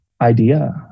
idea